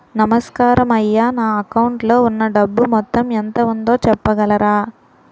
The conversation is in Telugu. నమస్కారం అయ్యా నా అకౌంట్ లో ఉన్నా డబ్బు మొత్తం ఎంత ఉందో చెప్పగలరా?